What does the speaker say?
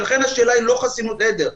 ולכן השאלה היא לא חסינות עדר,